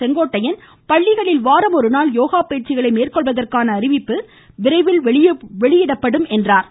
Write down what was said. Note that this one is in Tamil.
செங்கோட்டையன் பள்ளிகளில் வாரம் ஒருநாள் யோகா பயிற்சிகளை மேற்கொள்வதற்கான அறிவிப்பு விரைவில் வெளியிடப்படும் என்றும் தெரிவித்தார்